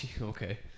Okay